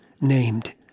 named